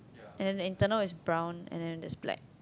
and then the internal is brown then there's black